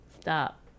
Stop